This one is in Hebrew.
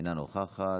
אינה נוכחת.